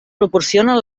proporcionen